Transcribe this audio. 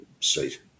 seat